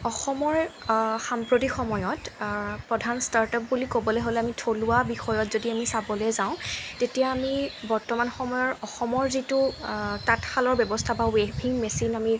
অসমৰ সাম্প্ৰতিক সময়ত প্ৰধান ষ্টাৰ্টআপ বুলি ক'বলৈ হ'লে আমি থলুৱা বিষয়ত যদি আমি চাবলৈ যাওঁ তেতিয়া আমি বৰ্তমান সময়ৰ অসমৰ যিটো তাঁতশালৰ ব্যৱস্থা বা ৱেভিং মেচিন আমি